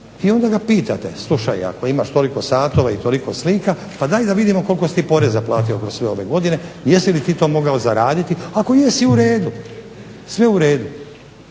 I onda ga pitate, slušaj ako imaš toliko satova i toliko slika, pa daj da vidimo koliko si ti poreza platio kroz sve ove godine, jesi li ti to mogao zaradili? Ako jesi, uredu. Sve uredu.